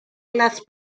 las